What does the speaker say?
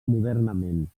modernament